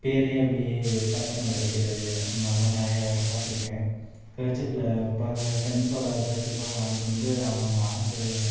பேரையே அப்படியே சட்டை மேலே தைக்கிறது அது மாதிரிலாம் நிறையா வேலை பார்த்துருக்கேன் கர்ச்சீஃப்பில் ப ஃப்ரெண்ட்ஸோடு கர்ச்சீஃப்லாம் வாங்கிட்டு வந்து அவங்கவுங்க ஆள் பேர்